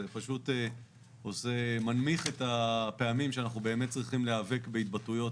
זה פשוט מנמיך את הפעמים שאנחנו באמת צריכים להיאבק בהתבטאויות